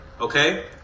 Okay